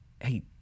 hey